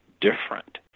different